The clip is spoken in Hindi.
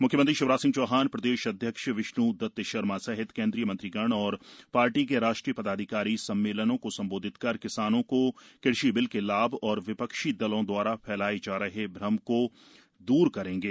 म्ख्यमंत्री शिवराज सिंह चौहान प्रदेश अध्यक्ष विष्ण्दत शर्मा सहित केन्द्रीय मंत्रीगण और पार्टी के राष्ट्रीय पदाधिकारी सम्मेलनों को संबोधित कर किसानों को कृषि बिल के लाभ और विपक्षी दलों दवारा थालाएं जा रहे भ्रम को द्र करेंगे